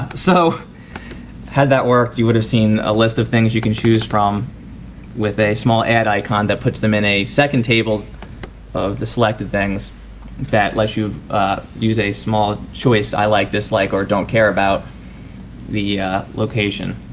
so had that worked you would have seen a list of things you can choose from with a small ad icon that puts them in a second table of the selected things that lets you use a small choice i like, dislike, or don't care about the location.